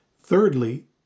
Thirdly